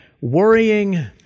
worrying